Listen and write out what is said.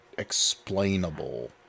explainable